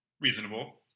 Reasonable